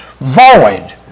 void